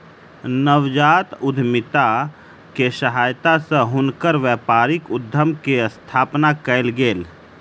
नवजात उद्यमिता के सहायता सॅ हुनकर व्यापारिक उद्यम के स्थापना कयल गेल